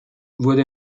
wurde